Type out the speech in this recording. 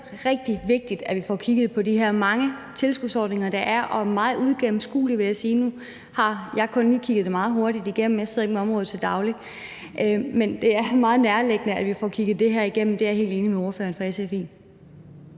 netop rigtig vigtigt, at vi får kigget på de her mange tilskudsordninger, der er, som er meget uigennemskuelige, vil jeg sige – nu har jeg kun kigget det meget hurtigt igennem, for jeg sidder ikke med området til daglig. Men det er meget nærliggende, at vi får kigget det her igennem – det er jeg helt enig med ordføreren for SF